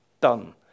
done